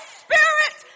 spirit